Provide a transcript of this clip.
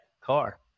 car